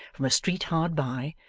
from a street hard by,